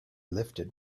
lifted